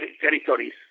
territories